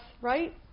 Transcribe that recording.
right